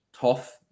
tough